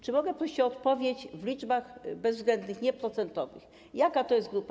Czy mogę prosić o odpowiedź w liczbach bezwzględnych, nie procentowych, jaka to jest grupa?